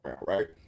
right